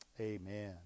Amen